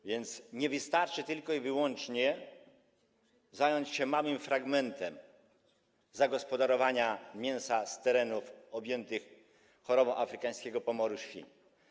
A więc nie wystarczy tylko i wyłącznie zająć się małym fragmentem zagospodarowania mięsa z terenów objętych chorobą afrykańskiego pomoru świń.